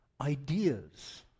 ideas